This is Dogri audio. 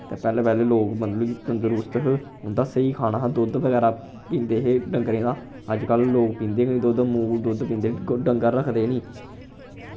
ते पैह्लें पैह्लें लोग मतलब कि तंदरुस्त हे उं'दा स्हेई खाना हा दुद्ध बगैरा पींदे हे डंगरें दा अज्जकल लोग पीदें गै नी दुद्ध अमूल दुद्ध पींदे न डंगर रखदे नी